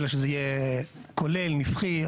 אלא שזה יהיה כולל, נפחי.